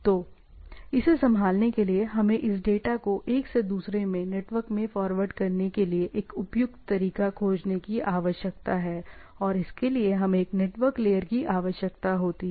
तो इसे संभालने के लिए हमें इस डेटा को एक से दूसरे में नेटवर्क में फॉरवर्ड करने के लिए एक उपयुक्त तरीका खोजने की आवश्यकता है और इसके लिए हमें एक नेटवर्क लेयर की आवश्यकता होती है